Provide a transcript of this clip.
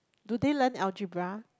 do they learn algebra